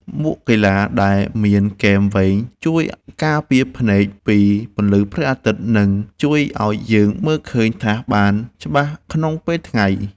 មួកកីឡាដែលមានគែមវែងជួយការពារភ្នែកពីពន្លឺព្រះអាទិត្យ និងជួយឱ្យយើងមើលឃើញថាសបានច្បាស់ក្នុងពេលថ្ងៃ។